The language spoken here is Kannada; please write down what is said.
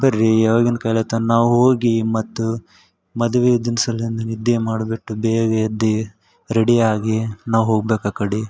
ಬರ್ರಿ ಯಾವಾಗಿನ ಕೇಳತ್ತೆನ್ ನಾವು ಹೋಗಿ ಮತ್ತು ಮದ್ವಿ ಇದ್ದಿನ ಸಲುವಾಗಿ ನಿದ್ದೆ ಮಾಡೋದ್ಬಿಟ್ಟು ಬೇಗ ಎದ್ದು ರೆಡಿಯಾಗಿ ನಾವು ಹೋಗ್ಬೇಕು ಆ ಕಡೆ